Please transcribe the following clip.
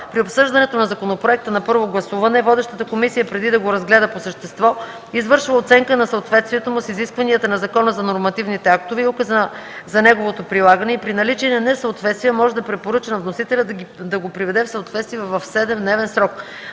При обсъждането на законопроекта на първо гласуване водещата комисия, преди да го разгледа по същество, извършва оценка за съответствието му с изискванията на Закона за нормативните актове и указа за неговото прилагане и при наличие на несъответствия може да препоръча на вносителя да го приведе в съответствие в 7-дневен срок.